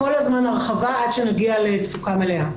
כל הזמן הרחבה עד שנגיע לתפוקה מלאה.